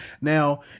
now